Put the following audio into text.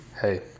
Hey